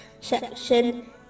section